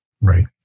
Right